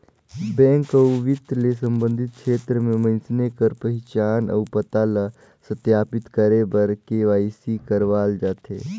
bank अउ बित्त ले संबंधित छेत्र में मइनसे कर पहिचान अउ पता ल सत्यापित करे बर के.वाई.सी करवाल जाथे